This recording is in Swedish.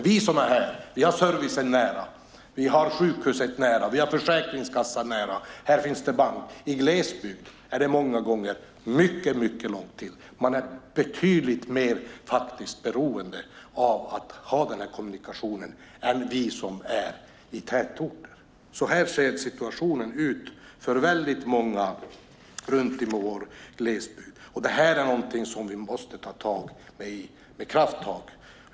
Vi som finns här har service, sjukhus och Försäkringskassan nära. Här finns det också bank. Men i glesbygden är det många gånger mycket långt till nämnda service. Där är man faktiskt betydligt mer beroende av att ha nämnda kommunikation än vi är som finns i tätorter. Sådan är situationen för väldigt många runt om i vår glesbygd. Här behövs det krafttag.